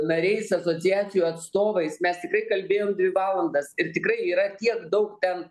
nariais asociacijų atstovais mes tikrai kalbėjom dvi valandas ir tikrai yra tiek daug ten